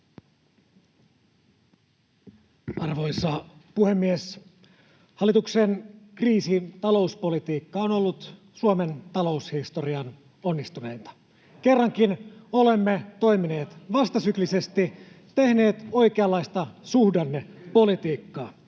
Arvoisa puhemies! Hallituksen kriisita-louspolitiikka on ollut Suomen taloushistorian onnistuneinta. Kerrankin olemme toimineet vastasyklisesti, tehneet oikeanlaista suhdannepolitiikkaa.